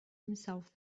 himself